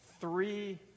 three